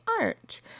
art